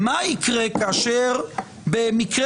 בסדר